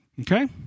Okay